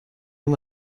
این